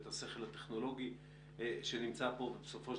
את השכל הטכנולוגי שנמצא פה ובסופו של